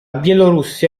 bielorussia